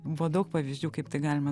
buvo daug pavyzdžių kaip tai galima